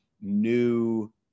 new